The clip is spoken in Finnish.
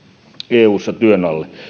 eussa työn alle